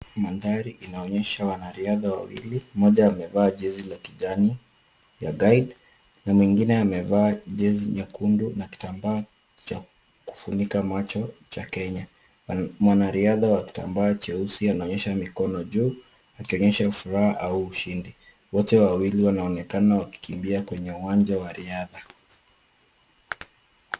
Mandhari inaonyesha wanariadha wawili, mmoja amevaa jezi la kijani ya guide na mwingine amevaa jezi nyekundu na kitambaa cha kufunika macho cha Kenya. Mwanariadha wa kitambaa cheusi anaonyesha mikono juu, akionyesha furaha au ushindi, wote wawili wanaonekana wakikimbia kwenye uwanja wa riadha.